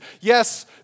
Yes